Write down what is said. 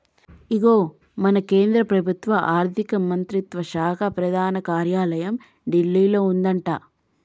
ఇగో మన కేంద్ర ప్రభుత్వ ఆర్థిక మంత్రిత్వ శాఖ ప్రధాన కార్యాలయం ఢిల్లీలో ఉందట